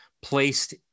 placed